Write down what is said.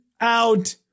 out